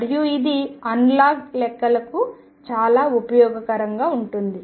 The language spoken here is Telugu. మరియు ఇది అనలాగ్ లెక్కలకు చాలా ఉపయోగకరంగా ఉంటుంది